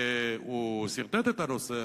סרטט את הנושא,